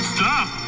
Stop